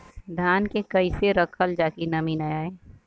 धान के कइसे रखल जाकि नमी न आए?